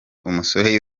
umusore